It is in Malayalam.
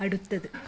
അടുത്തത്